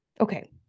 Okay